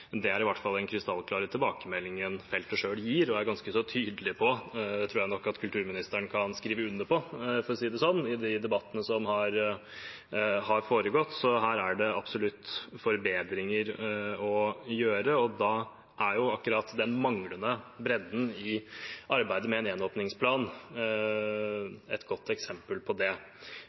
det er i hvert fall den krystallklare tilbakemeldingen feltet selv gir og er ganske så tydelig på – det tror jeg nok kulturministeren kan skrive under på, for å si det sånn – i de debattene som har foregått, så her er det absolutt forbedringer å gjøre. Da er akkurat den manglende bredden i arbeidet med en gjenåpningsplan et godt eksempel på det.